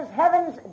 heavens